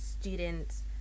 students